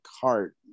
cart